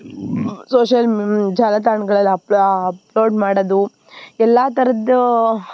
social ಜಾಲತಾಣ್ಗಳಲ್ಲಿ up upload ಮಾಡೋದು ಎಲ್ಲ ಥರದ್ದು